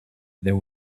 there